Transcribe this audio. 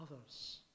others